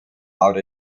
out